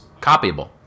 copyable